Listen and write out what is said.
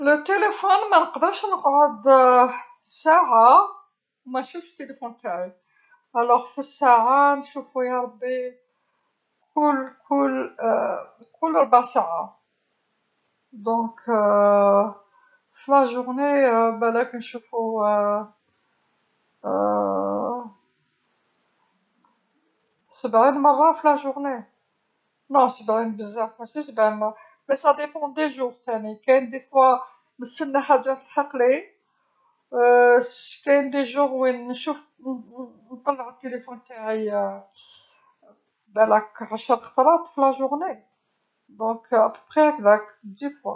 الهاتف مانقدرش نقعد ساعه ومانشوفش الهاتف تاعي، إذن في الساعه نشوفو ياربي كل كل كل ربع ساعه، إذن في اليوم بلاك نشوفو، سبعين مره في اليوم، لا سبعين بزاف مشي سبعين، لكن هذا يختلف حسب الأيام أيضا، كاين أحيانا نسنى حاجه تلحقلي، كاين أيام وين نشوف ن- ن- نطلع التيليفون تاعي بلاك عشر خطرات في اليوم، إذن يخي هاكداك عشر مرات.